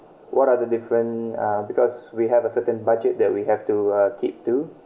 what are the different uh because we have a certain budget that we have to uh keep to